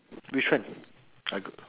which one I got